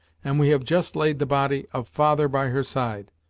and we have just laid the body of father by her side.